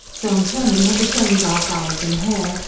john turnham had the same dark eyes and hair,